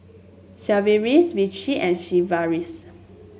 Sigvaris Vichy and Sigvaris